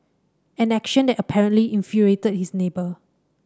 an action that apparently infuriated his neighbour